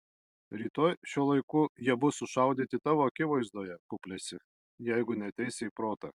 rytoj šiuo laiku jie bus sušaudyti tavo akivaizdoje puplesi jeigu neateisi į protą